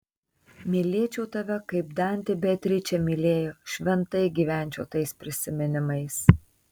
mylėčiau tave kaip dantė beatričę mylėjo šventai gyvenčiau tais prisiminimais